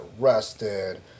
arrested